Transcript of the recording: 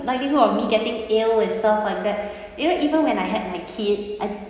likelihood of me getting ill and stuff like that you know even when I had my kid I